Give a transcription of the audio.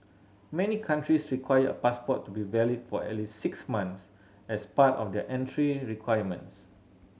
many countries require a passport to be valid for at least six months as part of their entry requirements